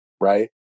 right